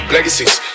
Legacies